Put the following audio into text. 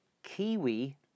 Kiwi